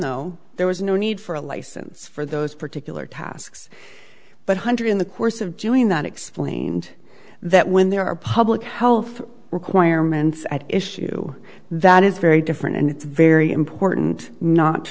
though there was no need for a license for those particular tasks but hundred in the course of doing that explained that when there are public health requirements at issue that is very different and it's very important not